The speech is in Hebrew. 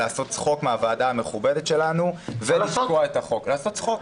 לעשות צחוק מן הוועדה המכובדת שלנו ולתקוע את הצעת החוק.